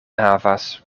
havas